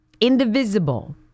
indivisible